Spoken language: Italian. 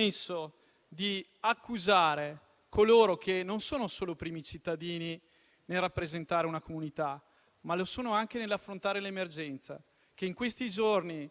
Se un Ministro di questo genere ha diritto di rappresentare il nostro Paese, credo che siamo scaduti a livelli bassissimi. È lo stesso Ministro che, in tutti i provvedimenti che abbiamo portato avanti anche in questi mesi, è stato sempre